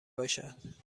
باشد